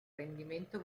rendimento